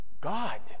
God